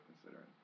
considering